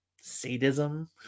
sadism